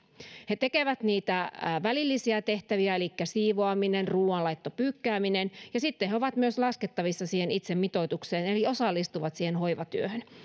he tekevät niitä välillisiä tehtäviä elikkä siivoamista ruuanlaittoa pyykkäämistä ja sitten he ovat laskettavissa myös siihen itse mitoitukseen eli osallistuvat siihen hoivatyöhön